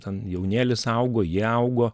ten jaunėlis augo jie augo